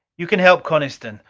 you can help coniston.